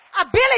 Ability